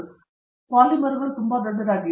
ಹಾಗಾಗಿ ಪಾಲಿಮರ್ಗಳು ತುಂಬಾ ದೊಡ್ಡದಾಗಿವೆ